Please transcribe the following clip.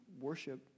worship